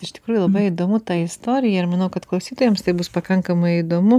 iš tikrųjų labai įdomu ta istorija ir manau kad klausytojams tai bus pakankamai įdomu